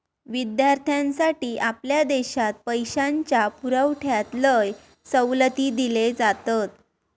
विद्यार्थ्यांसाठी आपल्या देशात पैशाच्या पुरवठ्यात लय सवलती दिले जातत